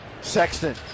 Sexton